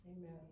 Amen